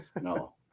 No